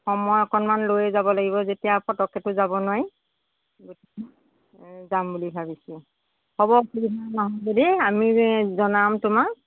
সময় অকণমান লৈ যাব লাগিব যেতিয়া পটককৈতো যাব নোৱাৰি যাম বুলি ভাবিছোঁ হ'ব যদি আমি জনাম তোমাক